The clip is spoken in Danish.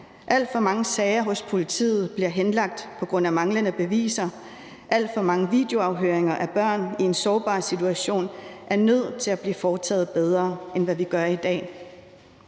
Alt for mange sager hos politiet bliver henlagt på grund af manglende beviser, og alt for mange videoafhøringer af børn i en sårbar situation er nødt til at blive foretaget bedre, end vi gør i dag.